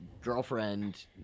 girlfriend